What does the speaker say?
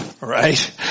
right